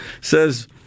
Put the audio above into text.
says